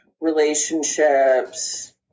relationships